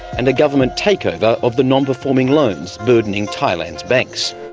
and a government takeover of the non-performing loans burdening thailand's banks.